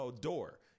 door